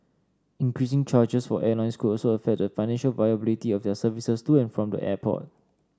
increasing charges for airlines could also affect the financial viability of their services to and from the airport